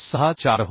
64 होती